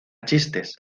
chistes